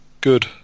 good